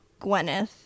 gwyneth